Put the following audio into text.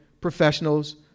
professionals